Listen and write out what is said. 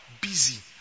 busy